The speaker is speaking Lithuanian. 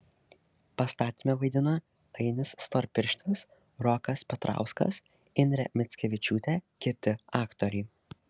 pastatyme vaidina ainis storpirštis rokas petrauskas indrė mickevičiūtė kiti aktoriai